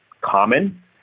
common